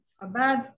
Abad